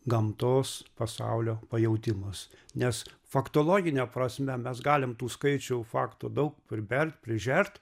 gamtos pasaulio pajautimas nes faktologine prasme mes galim tų skaičių faktų daug pribert prižert